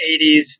80s